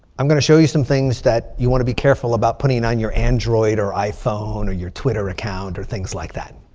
i'm going to show you some things that you want to be careful about putting on your android or iphone or your twitter account or things like that.